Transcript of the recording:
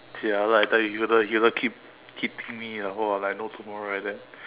jialat I tell you either keep keep hitting me !wah! like no tomorrow like that